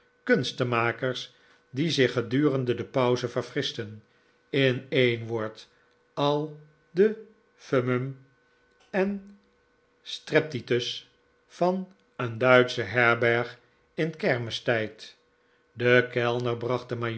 kunstenmakers die zich gedurende de pauze verfrischten in een woord al de fumam en strepitus van cen duitsche herberg in kermistijd de kellner bracht